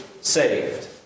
saved